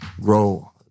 grow